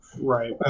right